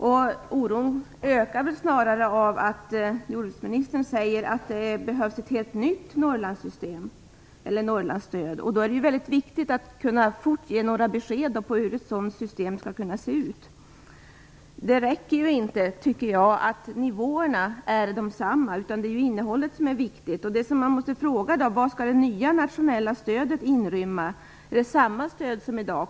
Oron ökar väl snarare av att jordbruksministern säger att det behövs ett helt nytt Norrlandsstöd. Det är då mycket viktigt att snabbt kunna ge några besked om ett sådant stöd. Det räcker inte med att nivåerna är desamma. Det är innehållet som är viktigt. Man måste fråga vad det nya nationella stödet skall inrymma. Är det samma stöd som i dag?